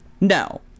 no